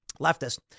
leftist